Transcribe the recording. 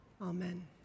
Amen